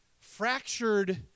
fractured